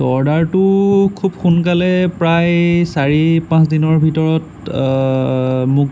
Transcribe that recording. ত' অৰ্ডাৰটো খুব সোনকালে প্ৰায় চাৰি পাঁচদিনৰ ভিতৰত মোক